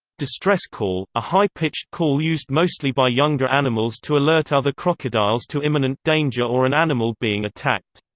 distress call a high-pitched call used mostly by younger animals to alert other crocodiles to imminent danger or an animal being attacked.